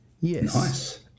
Yes